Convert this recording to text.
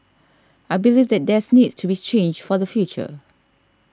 I believe that there is needs to be change for the future